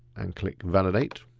and click validate,